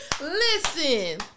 Listen